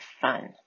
fun